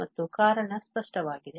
ಮತ್ತು ಕಾರಣ ಸ್ಪಷ್ಟವಾಗಿದೆ